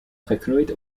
geknoeid